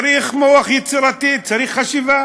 צריך מוח יצירתי, צריך חשיבה.